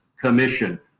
commission